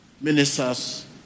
ministers